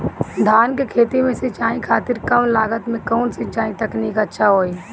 धान के खेती में सिंचाई खातिर कम लागत में कउन सिंचाई तकनीक अच्छा होई?